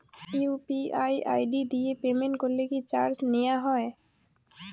UPI ID দিয়ে payment করলে কি চার্জ নেয়া হয়?